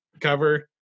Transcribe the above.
cover